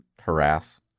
harass